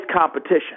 competition